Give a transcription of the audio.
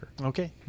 Okay